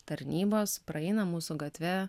tarnybos praeina mūsų gatve